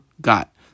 got